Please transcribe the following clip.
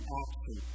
action